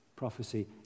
prophecy